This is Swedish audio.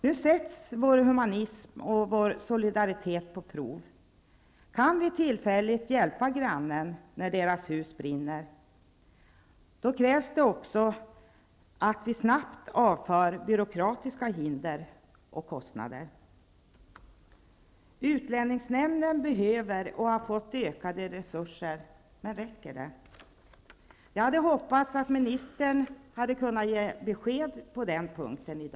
Nu sätts vår humanism och vår solidaritet på prov. Nu kan vi tillfälligt hjälpa grannarna när deras hus brinner. Det kräver att vi snabbt avför byråkratiska hinder och kostnader. Utlänningsnämnden behöver och har fått ökade resurser, men räcker det? Jag hade hoppats att ministern hade kunnat ge besked på den punkten.